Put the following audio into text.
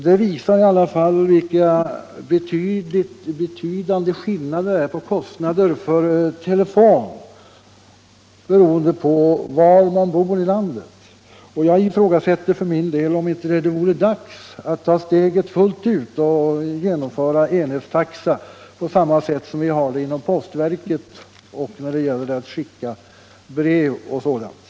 Det visar vilka betydande skillnader i fråga om telefonkostnader man får, beroende på var man bor i landet. Jag undrar för min del om det inte nu vore dags Nr 54 att ta steget fullt ut och genomföra enhetstaxa på samma sätt som vi Torsdagen den har det inom postverket när det gäller att skicka brev och sådant.